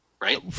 right